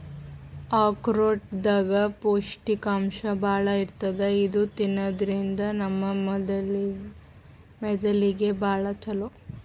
ಆಕ್ರೋಟ್ ದಾಗ್ ಪೌಷ್ಟಿಕಾಂಶ್ ಭಾಳ್ ಇರ್ತದ್ ಇದು ತಿನ್ನದ್ರಿನ್ದ ನಮ್ ಮೆದಳಿಗ್ ಭಾಳ್ ಛಲೋ